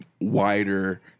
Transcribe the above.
wider